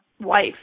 wife